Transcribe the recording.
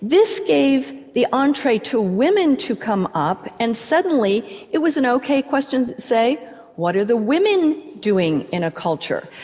this gave the entree to women to come up and suddenly it was an ok question to say what are the women doing in a culture.